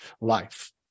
life